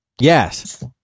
Yes